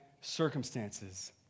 circumstances